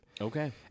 Okay